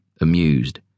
amused